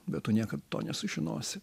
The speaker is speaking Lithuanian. bet tu niekad to nesužinosi